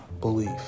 belief